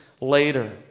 later